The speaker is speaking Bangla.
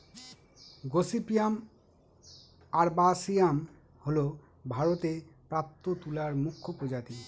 গসিপিয়াম আরবাসিয়াম হল ভারতে প্রাপ্ত তুলার মুখ্য প্রজাতি